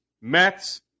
Mets